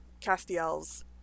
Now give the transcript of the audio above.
Castiel's